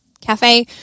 cafe